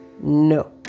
no